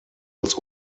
als